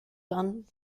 dann